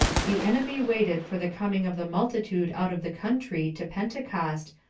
the enemy waited for the coming of the multitude out of the country to pentecost,